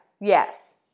yes